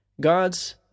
God's